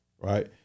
Right